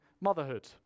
motherhood